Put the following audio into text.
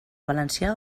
valencià